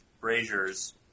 braziers